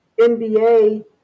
NBA